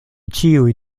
ĉiuj